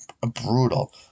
brutal